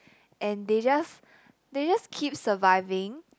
and they just they just keep surviving